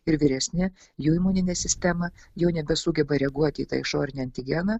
ir vyresni jų imuninė sistema jau nebesugeba reaguoti į tą išorinį antigeną